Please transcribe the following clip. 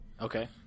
Okay